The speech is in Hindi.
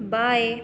बाएँ